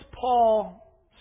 Paul